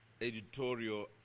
editorial